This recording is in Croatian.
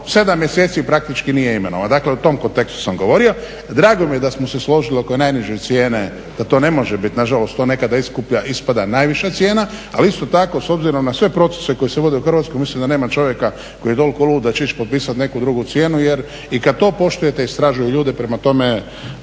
to 7 mjeseci praktički nije imenovano. Dakle, o tom kontekstu sam govorio. Drago mi je da smo se složili oko najniže cijene da to ne može biti, na žalost to nekada ispada najviša cijena. Ali isto tako s obzirom na sve procese koji se vode u Hrvatskoj mislim da nema čovjeka koji je toliko lud da će ići potpisati neku drugu cijenu. Jer i kad to poštujete istražuju ljude. Prema tome,